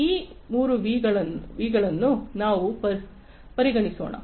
ಆದ್ದರಿಂದ ಈ 3 ವಿಗಳನ್ನು ನಾವು ಪರಿಗಣಿಸೋಣ